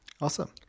Awesome